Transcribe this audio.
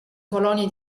colonie